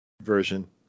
version